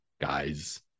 guys